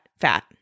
fat